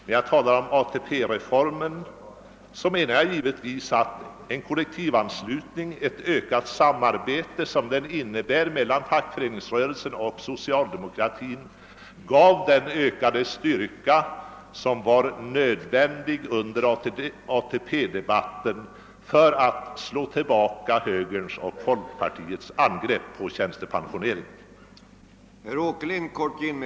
När jag talade om ATP-reformen, menade jag givetvis att kollektivanslutningen och det därav följande ökade samarbetet mellan fackföreningsrörelsen och socialdemokratin gav den ökade styrka som var nödvändig under ATP debatten för att kunna slå tillbaka högerns och folkpartiets angrepp mot tjänstepensioneringens införande.